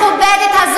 חבר הכנסת זאב.